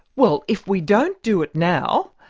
well, if we don't do it now,